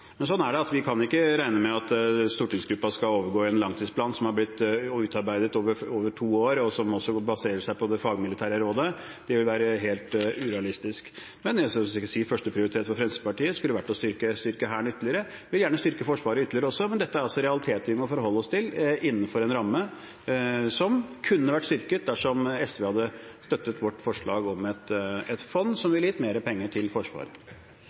Men sånn er det, vi kan ikke regne med at stortingsgruppen skal overgå en langtidsplan som har blitt utarbeidet over to år, og som også baserer seg på det fagmilitære rådet. Det vil være helt urealistisk. Men jeg kan sikkert si at førsteprioritet for Fremskrittspartiet skulle vært å styrke Hæren ytterligere. Vi vil gjerne styrke Forsvaret ytterligere også, men dette er altså realiteter vi må forholde oss til innenfor en ramme som kunne vært styrket dersom SV hadde støttet vårt forslag om et fond som ville gitt mer penger til